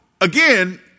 again